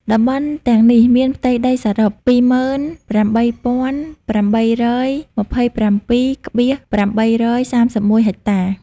តំបន់ទាំងនេះមានផ្ទៃដីសរុប ២៨,៨២៧.៨៣១ ហិកតា។